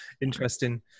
Interesting